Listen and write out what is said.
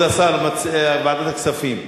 כבוד השר, ועדת הכספים.